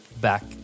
back